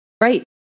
Right